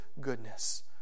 goodness